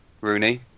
Rooney